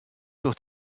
durch